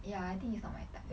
ya I think it's not my type